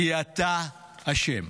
כי אתה אשם.